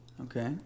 Okay